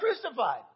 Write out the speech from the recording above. crucified